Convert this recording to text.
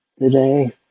Today